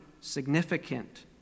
significant